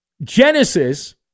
Genesis